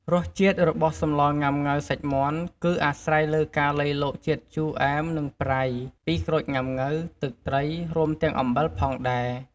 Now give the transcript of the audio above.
រសជាតិរបស់សម្លងុាំង៉ូវសាច់មាន់ គឺអាស្រ័យលើការលៃលកជាតិ ជូរ អែម និងប្រៃ ពីក្រូចងុាំង៉ូវ ទឹកត្រី រួមទាំងអំបិលផងដែរ។